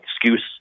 excuse